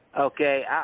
Okay